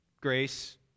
grace